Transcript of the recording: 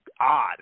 odd